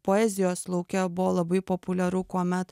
poezijos lauke buvo labai populiaru kuomet